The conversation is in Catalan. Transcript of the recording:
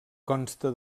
consta